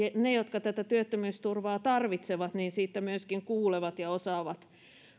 ne jotka tätä työttömyysturvaa tarvitsevat siitä myöskin kuulevat ja osaavat